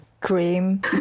dream